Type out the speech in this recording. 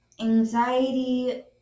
anxiety